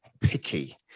picky